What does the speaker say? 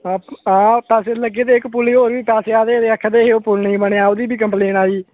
हां पैसे लग्गी दे इक पुली होर बी पैसे आए दे हे ते ओह् आक्खा दे हे पुल नेईं बनेआ ओह्दी बी कंप्लेन आई